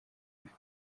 ifite